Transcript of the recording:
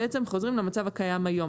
בעצם חוזרים למצב הקיים היום.